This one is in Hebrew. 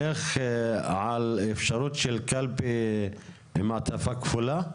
לך על אפשרות של קלפי עם מעטפה כפולה?